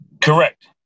Correct